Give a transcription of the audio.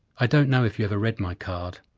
i don't know if you ever read my card.